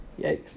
Yikes